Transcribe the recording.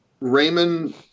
Raymond